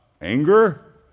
anger